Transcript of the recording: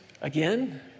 again